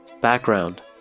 Background